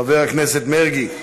חבר הכנסת מרגי.